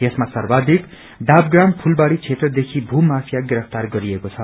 यसमा सर्वाधिक डाँबप्राम फूलबाड़ी क्षेत्रदेखि मू माफिया गिरफ्तार गरिएको छ